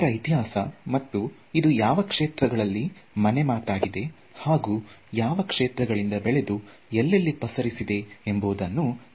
ಇದರ ಇತಿಹಾಸ ಮತ್ತು ಇದು ಯಾವ ಕ್ಷೇತ್ರಗಳಲ್ಲಿ ಮನೆ ಮಾತಾಗಿದೆ ಹಾಗೂ ಯಾವ ಕ್ಷೇತ್ರಗಳಿಂದ ಬೆಳೆದು ಎಲ್ಲೆಲ್ಲಿ ಪಸರಿಸಿದೆ ಎಂಬುದನ್ನು ತಿಳಿದುಕೊಳ್ಳೋಣ